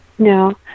No